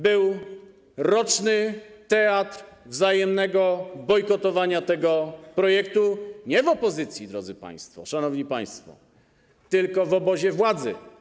Był roczny teatr wzajemnego bojkotowania tego projektu nie w opozycji, drodzy państwo, szanowni państwo, tylko w obozie władzy.